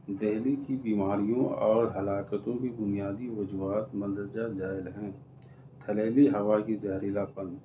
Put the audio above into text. دہلی کی بیماریوں اور ہلاکتوں کی بنیادی وجوہات مندرجہ ذیل ہیں تھلیلی ہوا کی زہریلا پن